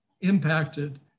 impacted